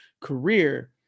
career